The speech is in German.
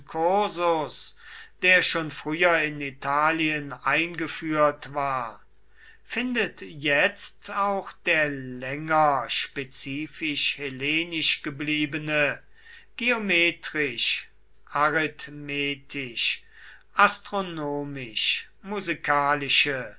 der schon früher in italien eingeführt war findet jetzt auch der länger spezifisch hellenisch gebliebene